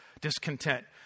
discontent